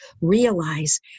realize